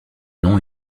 non